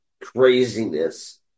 craziness